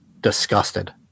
disgusted